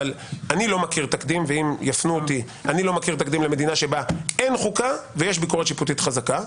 אבל אני לא מכיר תקדים למדינה בה אין חוקה ויש ביקורת שיפוטית חזקה,